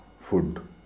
food